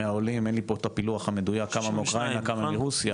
מהעולים אין לי פה את הפילוח המדויק כמה מאוקראינה כמה מרוסיה.